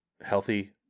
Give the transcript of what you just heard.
healthy